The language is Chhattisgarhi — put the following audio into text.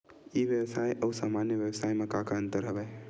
ई व्यवसाय आऊ सामान्य व्यवसाय म का का अंतर हवय?